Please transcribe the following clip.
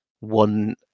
one